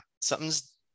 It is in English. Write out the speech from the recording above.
something's